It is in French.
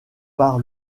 par